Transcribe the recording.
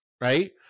Right